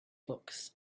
books